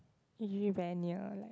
is usually very near like